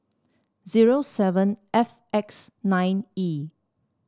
zero seven F X nine E